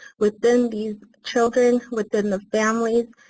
within these children, within the families,